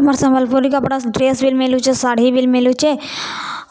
ଆମର୍ ସମ୍ବଲପୁରୀ କପଡ଼ା ଡ୍ରେସ୍ ବି ମିଲୁଚେ ଶାଢ଼ୀ ବି ମିଲୁଚେ